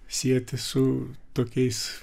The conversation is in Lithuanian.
sieti su tokiais